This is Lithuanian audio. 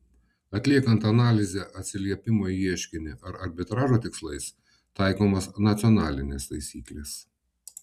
atliekant analizę atsiliepimo į ieškinį ar arbitražo tikslais taikomos nacionalinės taisyklės